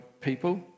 people